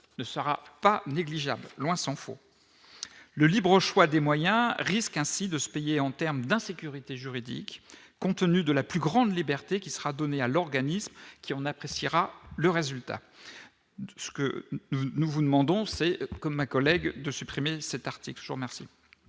ne sera pas négligeable, loin s'en faut, le libre choix des moyens risquent ainsi de se payer en terme d'insécurité juridique Compte-tenu de la plus grande liberté qui sera donnée à l'organisme qui on appréciera le résultat, ce que nous vous demandons c'est comme ma collègue de supprimer cet article sur merci.